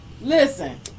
Listen